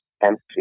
empty